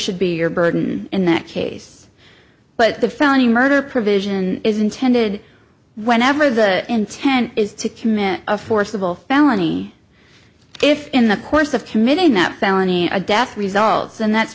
should be your burden in that case but the felony murder provision is intended whenever the intent is to commit a forcible felony if in the course of committing that felony a death results and that's